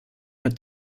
hat